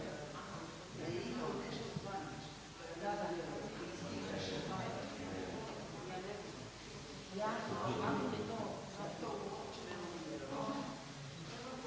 Hvala gđo.